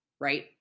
right